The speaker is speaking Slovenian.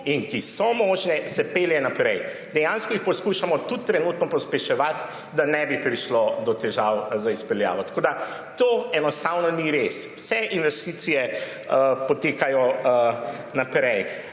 in ki so možne, se pelje naprej. Dejansko jih poskušamo tudi trenutno pospeševati, da ne bi prišlo do težav z izpeljavo. Tako da to enostavno ni res. Vse investicije potekajo naprej.